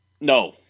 no